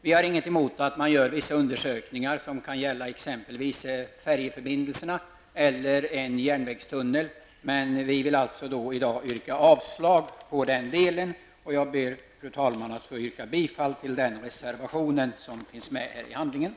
Vi har inget emot att man gör vissa undersökningar som kan gälla t.ex. färjeförbindelserna eller en järnvägstunnel. Därför yrkar jag bifall till reservationen i betänkandet.